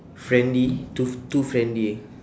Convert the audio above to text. friendly too too friendly